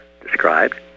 described